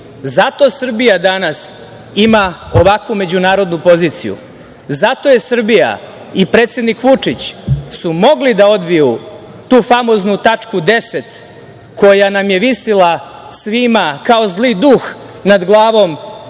Srbija danas ima ovakvu međunarodnu poziciju. Zato su Srbija i predsednik Vučić mogli da odbiju tu famoznu tačku 10. koja nam je visila svima kao zli duh nad glavom.